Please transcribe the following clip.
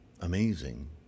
amazing